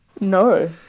No